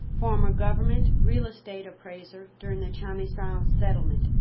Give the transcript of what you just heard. former government real estate appraiser during the chamizal settlement.